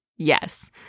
Yes